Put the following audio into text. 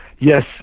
yes